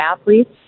athletes